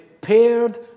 paired